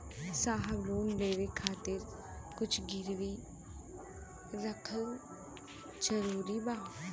साहब लोन लेवे खातिर कुछ गिरवी रखल जरूरी बा?